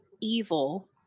evil